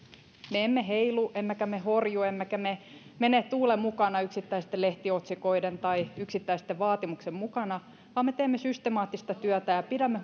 me emme heilu emmekä me horju emmekä me mene tuulen mukana yksittäisten lehtiotsikoiden tai yksittäisten vaatimusten mukana vaan me teemme systemaattista työtä ja pidämme